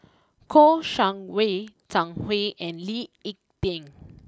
Kouo Shang Wei Zhang Hui and Lee Ek Tieng